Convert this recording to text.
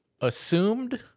assumed